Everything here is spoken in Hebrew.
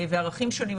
וערכים שונים,